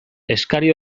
eskari